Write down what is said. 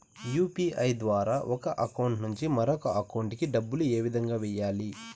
UPI ద్వారా ఒక account నుంచి మరొక అకౌంట్ కి డబ్బులు ఏ విధంగా వెయ్యాలి